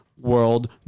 world